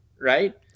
right